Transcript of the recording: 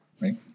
Right